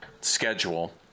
schedule